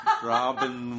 Robin